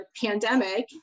pandemic